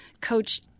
Coach